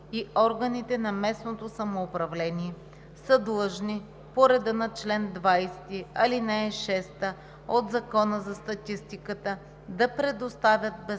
Благодаря